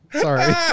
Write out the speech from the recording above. Sorry